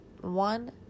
one